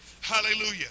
hallelujah